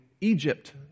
Egypt